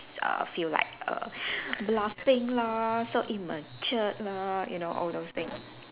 err feel like err bluffing lah so immature lah you know all those thing